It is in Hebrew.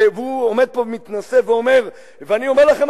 והוא עומד פה מתנשא ואומר: ואני אומר לכם,